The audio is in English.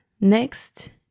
Next